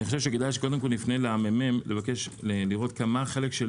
אני חושב שקודם כל כדאי שנפנה לממ"מ לבקש לראות כמה החלק של